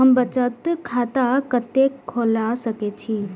हम बचत खाता कते खोल सके छी?